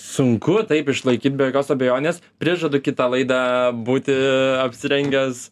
sunku taip išlaikyt be jokios abejonės prižadu kitą laidą būti apsirengęs